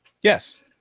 Yes